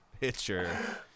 pitcher